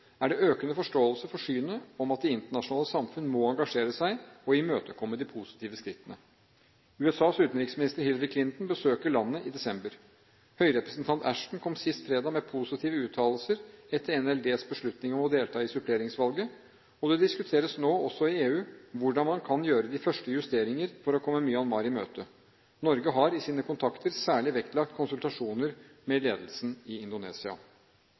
er det økende forståelse for synet om at det internasjonale samfunnet må engasjere seg og imøtekomme de positive skrittene. USAs utenriksminister, Hillary Clinton, besøker landet i desember. Høyrepresentant Ashton kom sist fredag med positive uttalelser etter NLDs beslutning om å delta i suppleringsvalget, og det diskuteres nå også i EU hvordan man kan gjøre de første justeringer for å komme Myanmar i møte. Norge har i sine kontakter særlig vektlagt konsultasjoner med ledelsen i Indonesia.